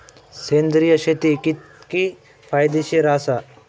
सेंद्रिय शेती कितकी फायदेशीर आसा?